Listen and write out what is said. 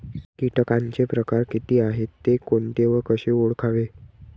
किटकांचे प्रकार किती आहेत, ते कोणते व कसे ओळखावे?